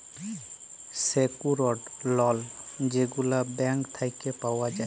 secured loan যেগলা bank থ্যাইকে পাউয়া যায়